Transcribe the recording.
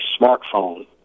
smartphone